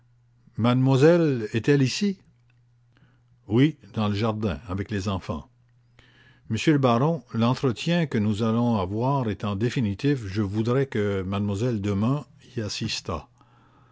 mademoiselle est-elle ici oui dans le jardin avec les enfants monsieur le baron l'entretien que nous allons avoir étant définitif je voudrais que m lle demun y assistât